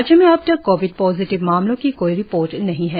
राज्य में अब तक कोविड पॉजिटिव मामलों की कोई रिपोर्ट नहीं है